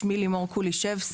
שמי לימור קולישבסקי,